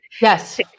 Yes